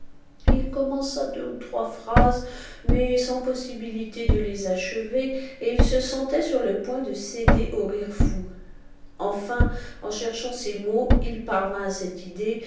il commença deux ou trois phrases mais sans possibilité de les achever il se sentait sur le point de céder au rire fou enfin en cherchant ses mots il parvint à cette idée